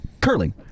curling